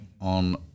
on